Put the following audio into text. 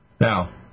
Now